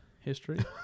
history